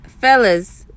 fellas